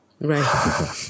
Right